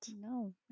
No